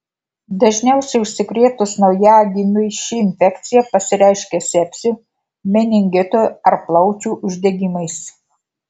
dažniausiai užsikrėtus naujagimiui ši infekcija pasireiškia sepsiu meningitu ar plaučių uždegimais